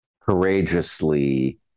courageously